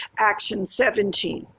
action seventeen,